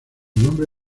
nombre